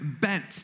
bent